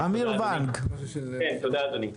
תודה אדוני.